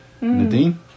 Nadine